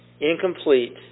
incomplete